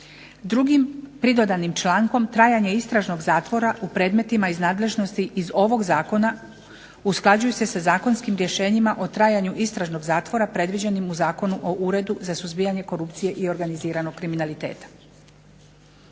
Drugim pridodanim člankom trajanja istražnog zatvora u predmetima iz nadležnosti iz ovog zakona usklađuju se sa zakonskim rješenjima o trajanju istražnog zatvora predviđenim u Zakonu o Uredu za suzbijanje korupcije i organiziranog kriminaliteta.